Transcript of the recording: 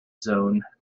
zone